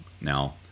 Now